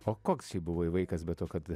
o koks šiaip buvai vaikas be to kad